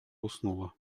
уснула